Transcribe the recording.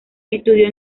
estudió